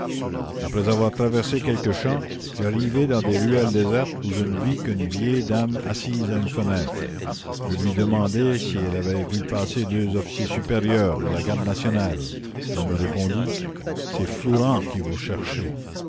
après avoir traversé quelques champs j'arrivai dans des ruelles désertes où je ne vis qu'une vieille dame assise à une fenêtre je lui demandai si elle avait vu passer deux officiers supérieurs de la garde nationale elle me répondit c'est flourens que vous cherchez